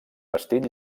vestit